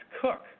cook